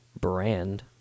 brand